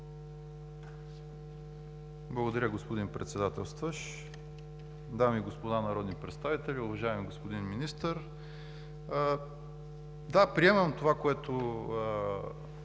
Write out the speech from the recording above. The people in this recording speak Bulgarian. Благодаря, господин Председателстващ. Дами и господа народни представители, уважаеми господин Министър! Да, приемам това, което